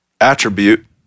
attribute